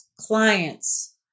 clients